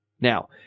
Now